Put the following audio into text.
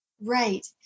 Right